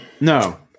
No